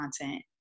content